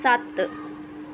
ਸੱਤ